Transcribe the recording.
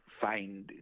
find